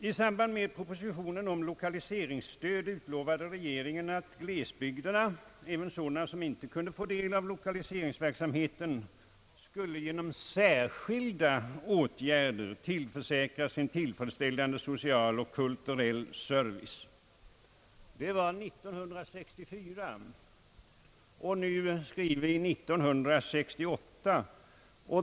I samband med propositionen om lokaliseringsstöd utlovade regeringen att glesbygderna — även sådana som inte kunde få del av lokaliseringsverksamheten — skulle genom särskilda åtgärder tillförsäkras en tillfredsställande social och kulturell service. Det var 1964, och nu skriver vi 1968.